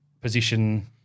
position